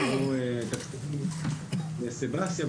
כמו סבסטיה,